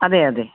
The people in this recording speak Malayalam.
അതെയതെ